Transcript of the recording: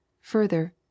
Further